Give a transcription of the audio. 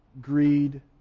greed